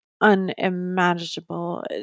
unimaginable